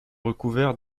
recouverts